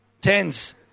tens